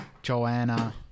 Joanna